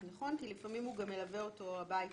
לפעמים הוא גם מלווה אותו הביתה.